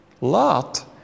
Lot